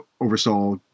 oversaw